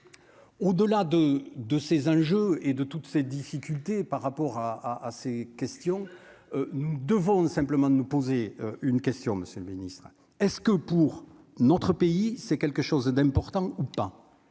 de de ces enjeux et de toutes ces difficultés par rapport à à ces questions, nous devons simplement nous poser une question Monsieur le Ministre est-ce que pour notre pays, c'est quelque chose d'important ou pas